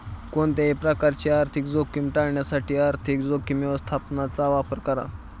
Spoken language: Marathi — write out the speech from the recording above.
कोणत्याही प्रकारची आर्थिक जोखीम टाळण्यासाठी आर्थिक जोखीम व्यवस्थापनाचा वापर करा